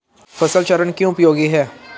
फसल चरण क्यों उपयोगी है?